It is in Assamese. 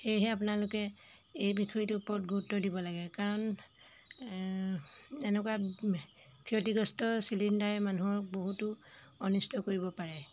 সেয়েহে আপোনালোকে এই বিষয়টোৰ ওপৰত গুৰুত্ব দিব লাগে কাৰণ এনেকুৱা ক্ষতিগ্ৰস্ত চিলিণ্ডাৰে মানুহক বহুতো অনিষ্ট কৰিব পাৰে